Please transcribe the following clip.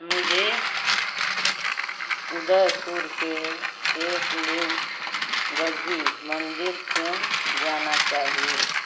मुझे उदयपुर के एकलिंग गज़ी मन्दिर क्यों जाना चाहिए